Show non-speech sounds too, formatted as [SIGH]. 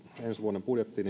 ensi vuoden budjetti [UNINTELLIGIBLE]